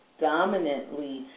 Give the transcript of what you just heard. dominantly